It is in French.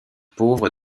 pauvre